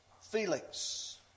Felix